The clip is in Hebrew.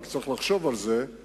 רק צריך לחשוב על זה,